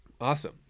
awesome